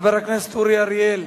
חבר הכנסת אורי אריאל,